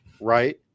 right